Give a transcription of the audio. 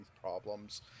problems